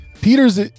peters